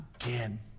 again